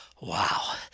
wow